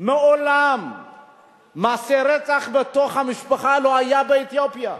מעולם לא היו מעשי רצח בתוך המשפחה באתיופיה.